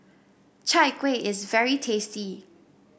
Chai Kueh is very tasty